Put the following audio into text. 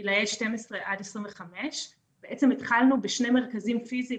בגילאי 12 עד 25. בעצם התחלנו בשני מרכזים פיזיים,